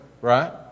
right